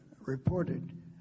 reported